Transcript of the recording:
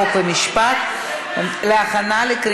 חוק ומשפט נתקבלה.